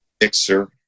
mixer